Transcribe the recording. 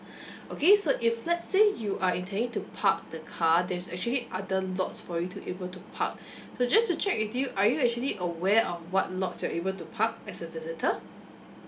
okay so if let's say you are intending to park the car there's actually other lots for you to able to park so just to check with you are you actually aware of what lots you're able to park as a visitor